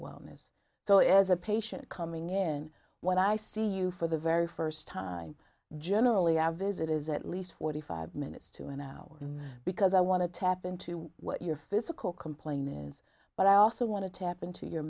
wellness so as a patient coming in what i see you for the very first time generally abhisit is at least forty five minutes to an hour and because i want to tap into what your physical complain is but i also want to tap into your